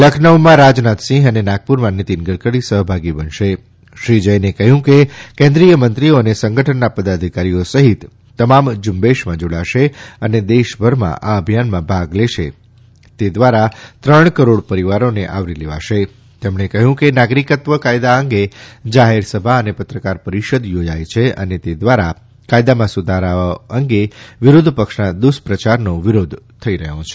લખનઉમાં શ્રી રાજનાથસિંહ અને નાગપુરમાં શ્રી નીતિન ગડકરી સહભાગી બનશે શ્રી જૈને કહ્યું કે કેન્દ્રિય મંત્રીઓ અને સંગઠનના પદાધિકારીઓ સહિત તમામ ઝુંબેશમાં જોડાશે અને દેશભરમાં આ અભિયાનમાં ભાગ લેશે તે દ્વારા ત્રણ કરોડ પરિવારોને આવરી લેવાશે તેમણે કહ્યું કે નાગરિકત્વ કાયદા અંગે જાહેરસભા અને પત્રકાર પરિષદ યોજાય છે અને તે દ્વારા કાયદામાં સુધારાઓ અંગે વિરોધપક્ષના દુષ્પ્રયારનો વિરોધ થઇ રહ્યો છે